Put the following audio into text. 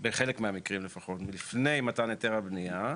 בכל מהמקרים לפחות, לפני מתן היתר הבנייה,